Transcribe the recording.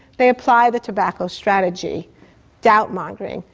they apply the tobacco strategy doubt-mongering.